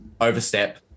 overstep